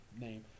name